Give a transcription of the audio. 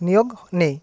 নিয়োগ নেই